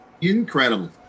Incredible